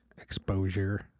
exposure